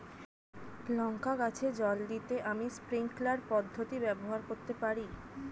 লঙ্কা গাছে জল দিতে আমি স্প্রিংকলার পদ্ধতি ব্যবহার করতে পারি?